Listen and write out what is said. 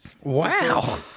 Wow